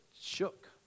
shook